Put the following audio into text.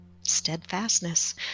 steadfastness